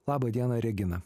labą dieną regina